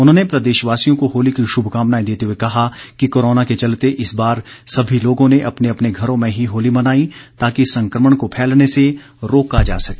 उन्होंने प्रदेशवासियों को होली की शुभकामनाएं देते हुए कहा कि कोरोना के चलते इस बार सभी लोगों ने अपने अपने घरों में ही होली मनाई ताकि संक्रमण को फैलने से रोका जा सके